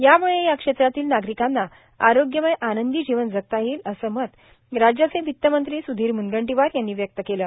याम्ळे या क्षेत्रातील नागरिकांना आरोग्यमय आनंदी जीवन जगता येईल असे मत राज्याचे वित्तमंत्री सुधीर म्नगंटीवार यांनी व्यक्त केले